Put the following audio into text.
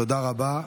תודה רבה.